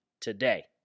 today